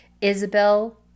Isabel